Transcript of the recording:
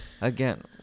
again